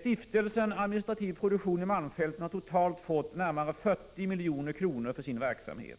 Stiftelsen Administrativ Produktion i malmfälten har totalt fått närmare 40 milj.kr. för sin verksamhet.